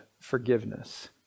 forgiveness